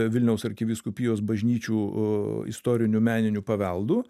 vilniaus arkivyskupijos bažnyčių istoriniu meniniu paveldu